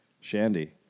Shandy